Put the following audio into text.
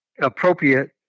appropriate